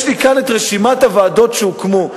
יש לי כאן רשימת הוועדות שהוקמו.